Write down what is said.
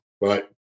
right